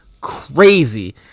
crazy